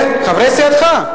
חברי סיעתך.